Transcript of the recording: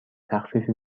تخفیفی